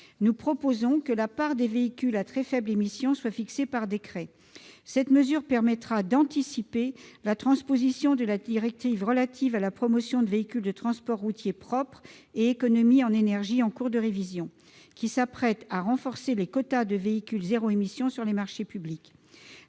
Nous proposons que la part des véhicules à très faibles émissions soit fixée par décret. Cette mesure permettra d'anticiper la transposition de la directive relative à la promotion de véhicules de transport routier propres et économes en énergie, en cours de révision, qui prévoit de renforcer les quotas de véhicules « zéro émission » dans le cadre des marchés publics.